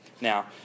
Now